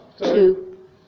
two